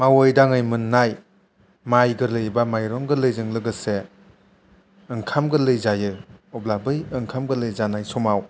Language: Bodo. मावयै दाङै मोन्नाय माइ गोरलै बा माइरं गोरलै जों लोगोसे ओंखाम गोरलै जायो अब्ला बै ओंखाम गोरलै जानाय समाव